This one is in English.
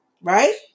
Right